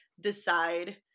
decide